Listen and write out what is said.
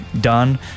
done